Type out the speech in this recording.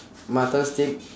mutton steak